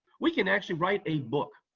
we can actually write a book.